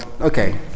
okay